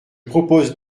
propose